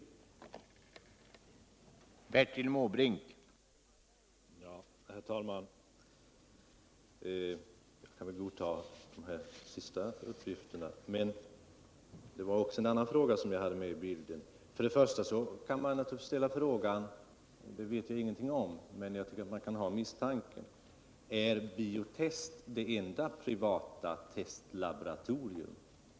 Om vissa testresul kämpningsmedel, läkemedel och livs medel